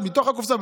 מתוך הקופסה,